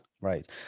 right